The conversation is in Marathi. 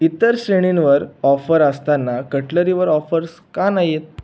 इतर श्रेणींवर ऑफर असताना कटलरीवर ऑफर्स का नाही आहेत